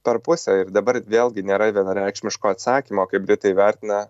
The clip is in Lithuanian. per pusę ir dabar vėlgi nėra vienareikšmiško atsakymo kaip britai vertina